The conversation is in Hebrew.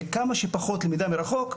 של כמה שפחות למידה מרחוק,